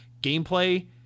gameplay